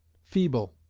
feeble,